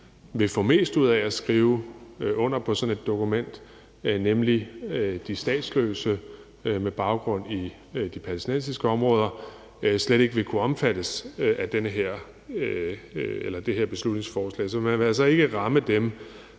vil få mest ud af at skrive under på sådan et dokument, nemlig de statsløse med baggrund i de palæstinensiske områder, slet ikke vil kunne omfattes af det her beslutningsforslag. Så man vil altså ikke ramme dem,